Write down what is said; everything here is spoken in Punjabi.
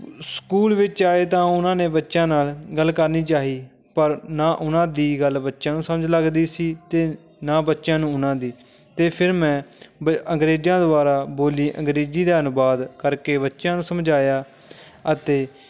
ਸਕੂਲ ਵਿੱਚ ਆਏ ਤਾਂ ਉਹਨਾਂ ਨੇ ਬੱਚਿਆਂ ਨਾਲ ਗੱਲ ਕਰਨੀ ਚਾਹੀ ਪਰ ਨਾ ਉਹਨਾਂ ਦੀ ਗੱਲ ਬੱਚਿਆਂ ਨੂੰ ਸਮਝ ਲੱਗਦੀ ਸੀ ਅਤੇ ਨਾ ਬੱਚਿਆਂ ਨੂੰ ਉਹਨਾਂ ਦੀ ਅਤੇ ਫਿਰ ਮੈਂ ਬ ਅੰਗਰੇਜ਼ਾਂ ਦੁਆਰਾ ਬੋਲੀ ਅੰਗਰੇਜ਼ੀ ਦਾ ਅਨੁਵਾਦ ਕਰਕੇ ਬੱਚਿਆਂ ਨੂੰ ਸਮਝਾਇਆ ਅਤੇ